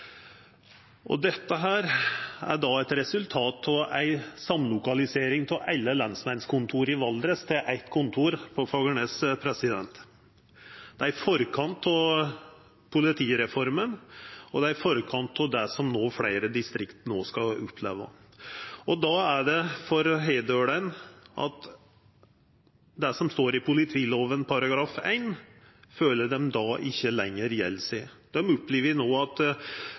Valdres til eitt kontor på Fagernes. Det er i forkant av politireforma, og det er i forkant av det som fleire distrikt no skal oppleva. Hedølane føler at det som står i politilova § 1, ikkje lenger gjeld. Dei opplever at dette ikkje tek vare på Sør-Aurdal, og at dei